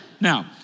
Now